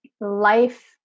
life